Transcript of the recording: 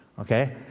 okay